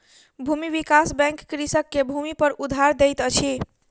भूमि विकास बैंक कृषक के भूमिपर उधार दैत अछि